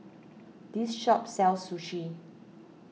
this shop sells Sushi